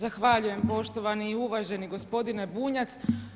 Zahvaljujem poštovani i uvaženi gospodine Bunjac.